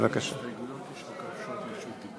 (תיקון מס' 32)